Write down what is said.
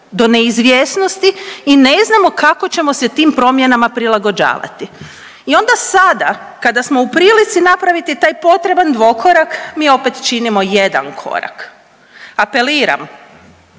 do neizvjesnosti i ne znamo kako ćemo se tim promjenama prilagođavati. I onda sada kada smo u prilici napraviti taj potreban dvokorak mi opet činimo jedan korak. Apeliram,